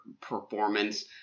performance